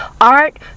art